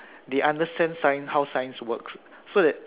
they understand science how science works so that